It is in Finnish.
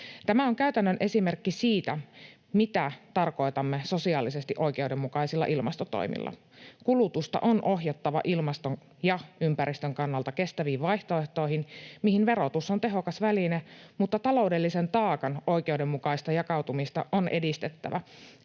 Tämä on käytännön esimerkki siitä, mitä tarkoitamme sosiaalisesti oikeudenmukaisilla ilmastotoimilla. Kulutusta on ohjattava ilmaston ja ympäristön kannalta kestäviin vaihtoehtoihin, mihin verotus on tehokas väline, mutta taloudellisen taakan oikeudenmukaista jakautumista on edistettävä